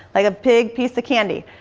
like a big piece of candy.